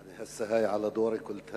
יַעְנִי, אל-סֻּוַיְעַה עַלַא דול אִלְלִי קֻלְתַ